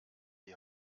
die